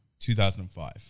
2005